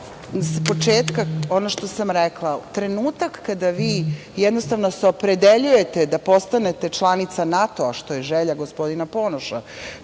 što s početka, ono što sam rekla, trenutak kada vi jednostavno se opredeljujete da postanete članica NATO-a, što je želja gospodina Ponoša,